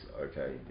okay